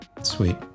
Sweet